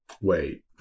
wait